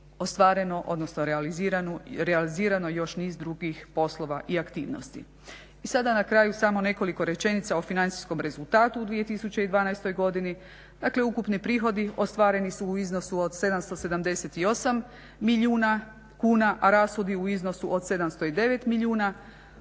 ostvareno odnosno realizirano još niz drugih poslova i aktivnosti. I sada na kraju samo nekoliko rečenica o financijskom rezultatu u 2012. godini. Dakle ukupni prihodi ostvareni su u iznosu od 778 milijuna kuna, a rashodi u iznosu od 709 milijuna.